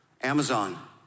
Amazon